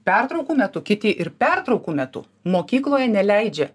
pertraukų metu kiti ir pertraukų metu mokykloje neleidžia